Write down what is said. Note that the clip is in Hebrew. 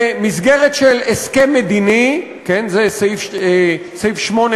במסגרת של הסכם מדיני, זה סעיף 8ב